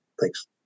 Thanks